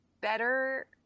better